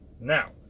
Now